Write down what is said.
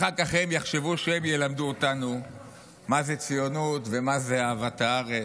אחר כך הם יחשבו שהם ילמדו אותנו מה זה ציונות ומה זה אהבת הארץ.